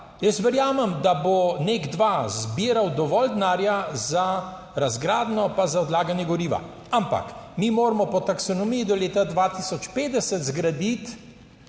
jaz verjamem, da bo NEK2 dva zbiral dovolj denarja za razgradnjo, pa za odlaganje goriva, ampak mi moramo po taksonomiji do leta 2050 zgraditi